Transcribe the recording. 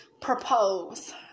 Propose